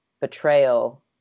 betrayal